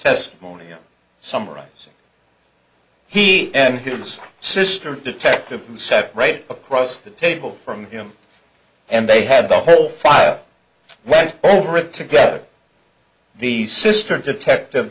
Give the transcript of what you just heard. testimony i'm summarizing he and his sister detective said right across the table from him and they had the whole file went over it together the sister detective